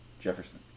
Jefferson